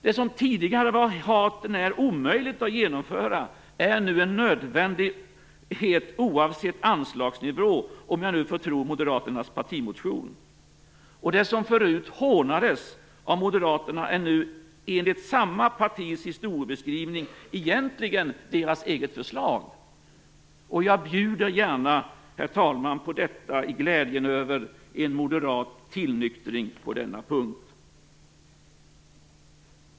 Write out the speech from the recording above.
Det som tidigare var hart när omöjligt att genomföra är nu en nödvändighet, oavsett anslagsnivå om jag får tro moderaternas partimotion. Det som förut hånades av moderaterna är nu enligt samma partis historieskrivning egentligen deras eget förslag. Jag bjuder gärna, herr talman, på detta i glädjen över en moderat tillnyktring på denna punkt.